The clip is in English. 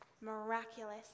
miraculous